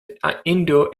indo